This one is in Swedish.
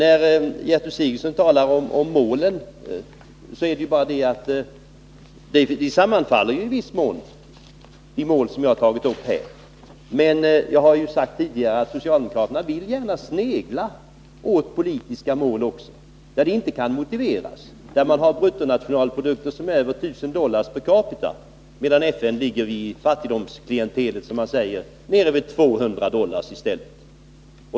De mål som Gertrud Sigurdsen talar om sammanfaller i viss mån med de mål som jag har tagit upp. Men socialdemokraterna vill, som jag tidigare har sagt, gärna snegla åt politiska mål i de fall där bistånd inte kan motiveras. Länderna kan ha bruttonationalprodukter på över 1 000 dollar per capita, medan FN:s fattigdomskriterium ligger vid 200 dollar.